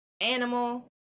animal